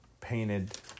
painted